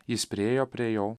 jis priėjo prie jo